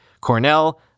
Cornell